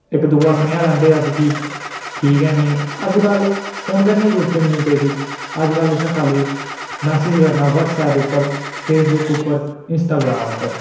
खाल्ली